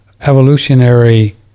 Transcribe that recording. evolutionary